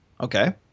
Okay